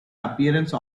appearance